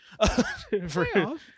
Playoffs